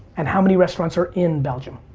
and how many restaurants are in belgium?